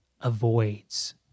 avoids